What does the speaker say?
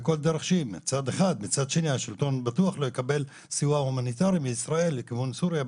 מצד שני השלטון בטוח לא יקבל סיוע הומניטרי מישראל לכיוון סוריה,